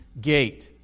gate